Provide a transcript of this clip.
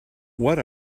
what